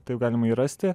taip galima jį rasti